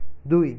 দুই